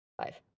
five